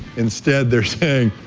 instead they're saying,